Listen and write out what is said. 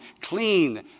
clean